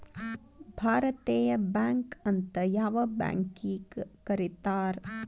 ಭಾರತೇಯ ಬ್ಯಾಂಕ್ ಅಂತ್ ಯಾವ್ ಬ್ಯಾಂಕಿಗ್ ಕರೇತಾರ್?